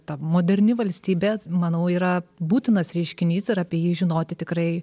ta moderni valstybė manau yra būtinas reiškinys ir apie jį žinoti tikrai